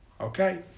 Okay